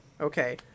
Okay